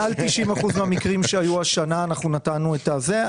מעל 90% מהמקרים אנחנו נתנו דירה יחידה.